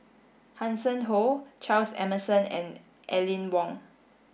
Hanson Ho Charles Emmerson and Aline Wong